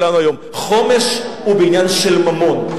חומש הוא בעניין של ממון.